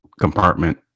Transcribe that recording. compartment